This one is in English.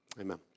Amen